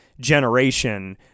Generation